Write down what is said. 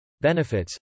benefits